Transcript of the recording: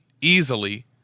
easily